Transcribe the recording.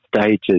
stages